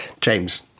James